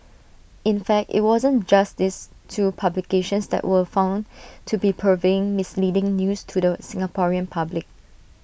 in fact IT wasn't just these two publications that were found to be purveying misleading news to the Singaporean public